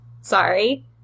Sorry